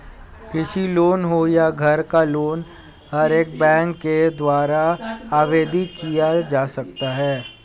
कृषि लोन हो या घर का लोन हर एक बैंक के द्वारा आवेदित किया जा सकता है